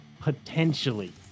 potentially